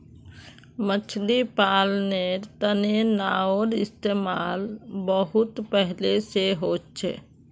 मछली पालानेर तने नाओर इस्तेमाल बहुत पहले से होचे